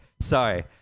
sorry